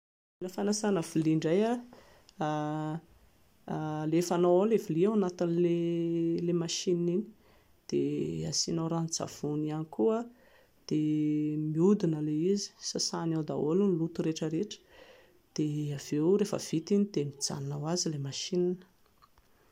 Milina fanasanavilia indray, alefanao ao ilay vilia ao anatin'ilay machine iny, dia asianao ranon-tsavony ihany koa dia mihodina ilay izy, sasany ao daholo ny loto rehetrarehetra, dia avy eo rehefa vita iny dia mijanona ho azy ilay machine